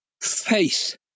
faith